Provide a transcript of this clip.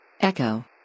Echo